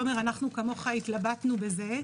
תומר, אנחנו כמוך התלבטנו בזה,